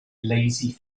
lazy